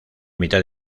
mitad